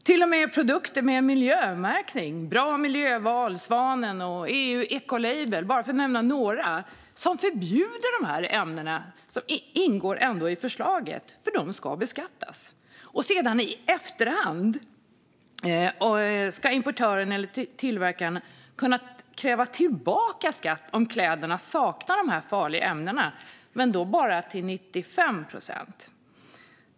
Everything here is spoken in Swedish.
Till och med produkter med miljömärkning som förbjuder dessa ämnen - Bra Miljöval, Svanen och EU Ecolabel, för att bara nämna några - ingår i förslaget och ska beskattas. Sedan ska importören eller tillverkaren kunna kräva tillbaka skatten i efterhand om kläderna saknar de farliga ämnena, men då bara till 95 procent.